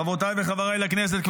חברותיי וחבריי לכנסת,